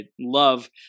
love